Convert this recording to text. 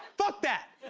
fuck that!